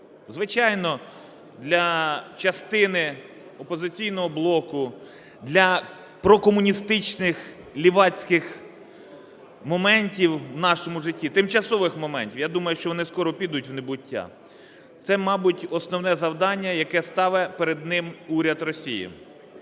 Звичайно, для частини "Опозиційного блоку", для прокомуністичних лівацьких моментів у нашому житті, тимчасових моментів - я думаю, що вони скоро підуть в небуття, - це, мабуть, основне завдання, яке ставить перед ним уряд Росії.